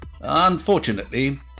Unfortunately